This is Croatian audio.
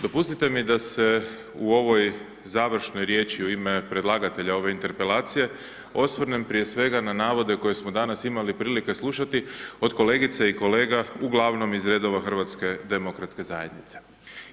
Dopustite mi da se u ovoj završnoj riječi u ime predlagatelja u ime interpelacije, osvrnem prije svega na navode koje smo danas imali prilike slušati od kolegica i kolega ugl. iz redova HDZ-a.